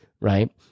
right